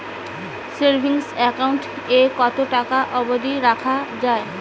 Savings account এ কতো টাকা অব্দি রাখা যায়?